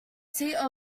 seat